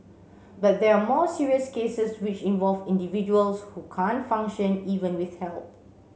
but there are more serious cases which involve individuals who can't function even with help